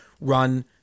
run